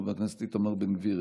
חבר הכנסת איתמר בן גביר,